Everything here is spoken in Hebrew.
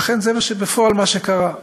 ואכן, זה מה שקרה בפועל.